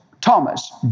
Thomas